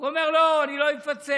הוא אומר: לא, אני לא אפצה,